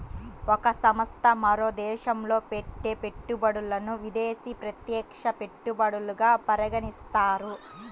ఒక సంస్థ మరో దేశంలో పెట్టే పెట్టుబడులను విదేశీ ప్రత్యక్ష పెట్టుబడులుగా పరిగణిస్తారు